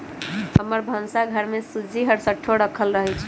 हमर भन्सा घर में सूज्ज़ी हरसठ्ठो राखल रहइ छै